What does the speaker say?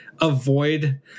avoid